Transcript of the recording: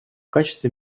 качестве